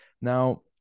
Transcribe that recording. Now